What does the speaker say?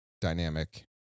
dynamic